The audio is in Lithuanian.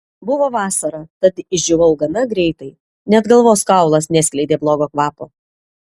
buvo vasara tad išdžiūvau gana greitai net galvos kaulas neskleidė blogo kvapo